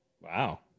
Wow